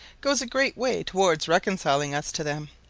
goes a great way towards reconciling us to them.